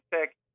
pick